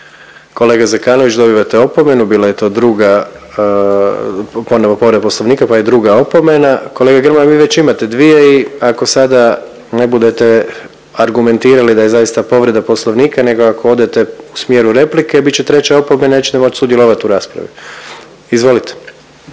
Kolega Zekanović dobivate opomenu, bila je to druga ponovno povreda Poslovnika, pa i druga opomena. Kolega Grmoja vi već imate dvije i ako sada ne budete argumentirali da je zaista povreda Poslovnika, nego ako odete u smjeru replike bit će treća opomena, nećete moći sudjelovati u raspravi. Izvolite.